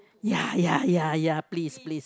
ya ya ya please please